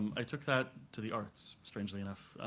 i took that to the arts strangely enough.